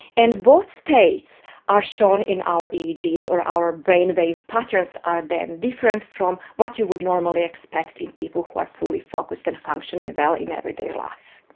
and both states are shown in our eegs eegs or our brainwave patterns are then different from what you would normally expect in people who are fully focused and functioning well in everyday life.